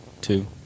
two